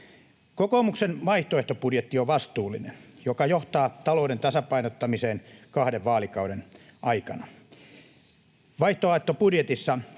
Kokoomuksen vaihtoehtobudjetti on vastuullinen ja johtaa talouden tasapainottamiseen kahden vaalikauden aikana. Vaihtoehtobudjetissa